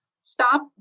Stop